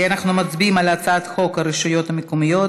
אנחנו מצביעים על הצעת חוק הרשויות המקומיות